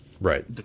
Right